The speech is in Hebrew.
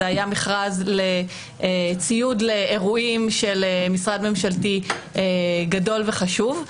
זה היה מכרז לציוד לאירועים של משרד ממשלתי גדול וחשוב,